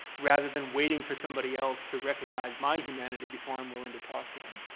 rather than waiting for somebody else to recognize my humanity before i'm willing to talk to them.